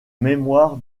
mémoire